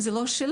זה לא שלו.